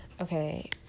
okay